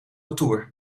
retour